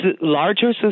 larger